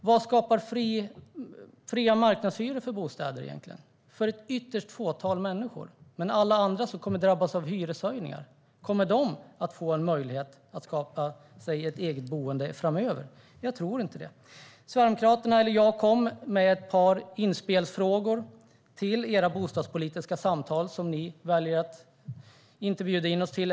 Vad skapar fria marknadshyror för bostäder egentligen? Det skapar bostäder för ytterst få människor. Men kommer alla andra, som kommer att drabbas av hyreshöjningar, att få en möjlighet att skaffa sig ett eget boende framöver? Jag tror inte det. Sverigedemokraterna kom med ett par inspelsfrågor till era bostadspolitiska samtal, som ni väljer att inte bjuda in oss till.